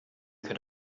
could